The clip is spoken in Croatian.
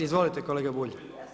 Izvolite kolega Bulj.